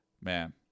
Man